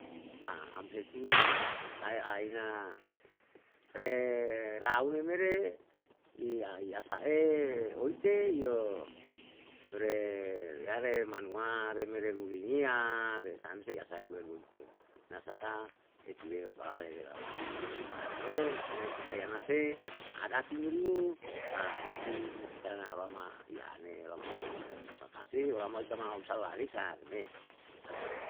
am hetuwe, tae ahina re raune mere iya isa'e oite yo re manuwa re mere ruru niya, re samse asai huweru wei sena saka etuweo palale rerawai, remere mata ne ni sakai yanase adati meri yo, adati na saka na ruam ma iane ruam mamane pusaka si, ruam ita mau usa lahalisa re me